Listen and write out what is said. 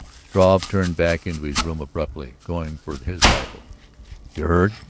struve turned back into his room abruptly, going for his rifle. you heard?